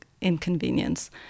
inconvenience